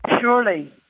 surely